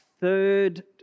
third